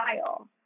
style